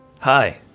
Hi